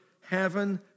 heaven